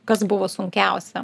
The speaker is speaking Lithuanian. kas buvo sunkiausia